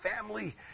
family